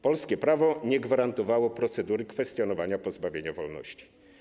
Polskie prawo nie gwarantowało procedury kwestionowania pozbawienia wolności.